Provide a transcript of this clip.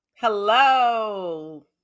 Hello